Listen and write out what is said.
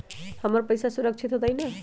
हमर पईसा सुरक्षित होतई न?